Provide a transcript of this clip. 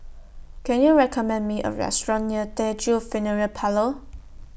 Can YOU recommend Me A Restaurant near Teochew Funeral Parlour